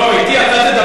לא, אתי אתה תדבר.